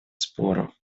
споров